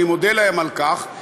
ואני מודה להם על כך,